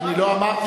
אני לא אמרתי,